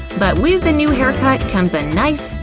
but with a new hair cut comes a nice,